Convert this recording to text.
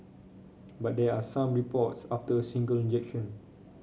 but there are some reports after a single injection